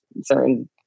certain